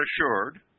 assured